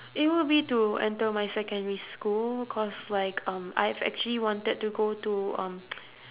it would be to enter my secondary school because like um I have actually wanted to go to um